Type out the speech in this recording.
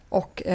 och